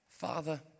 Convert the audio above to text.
Father